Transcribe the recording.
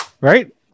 Right